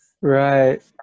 Right